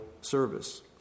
service